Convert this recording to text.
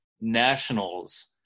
Nationals